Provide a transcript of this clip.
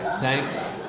thanks